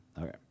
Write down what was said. Okay